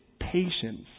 patience